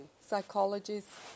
psychologists